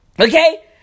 Okay